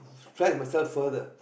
stress myself further